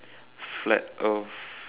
flat earth